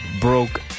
broke